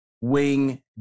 wing